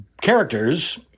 characters